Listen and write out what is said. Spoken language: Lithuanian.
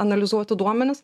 analizuoti duomenis